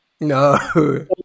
no